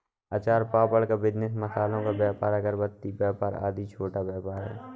अचार पापड़ का बिजनेस, मसालों का व्यापार, अगरबत्ती का व्यापार आदि छोटा व्यापार है